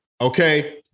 Okay